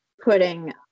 putting